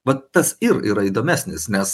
vat tas ir yra įdomesnis nes